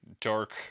dark